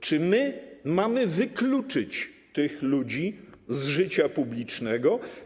Czy mamy wykluczyć tych ludzi z życia publicznego?